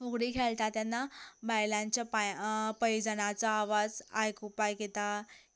फुगडी खेळटा तेन्ना बायलांच्या पैजणांचो आवाज आयकुपाक येता